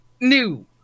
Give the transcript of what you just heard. new